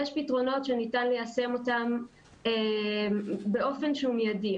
יש פתרונות שניתן ליישם אותם באופן שהוא מיידי.